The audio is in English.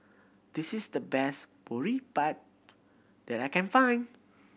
this is the best Boribap that I can find